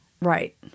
Right